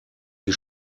die